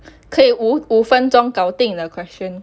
可以五五分钟搞定 the question